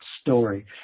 story